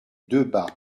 debat